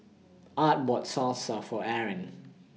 Art bought Salsa For Erin